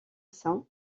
sein